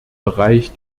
bereich